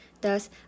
Thus